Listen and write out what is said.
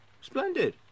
Splendid